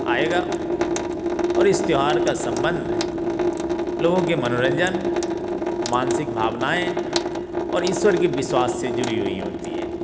अएगा और इस त्यौहार का सम्बंध लोगों के मनोरंजन मानसिक भावनाएँ और ईश्वर के विश्वास से जुड़ी हुई होती है